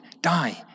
die